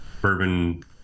bourbon